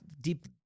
deep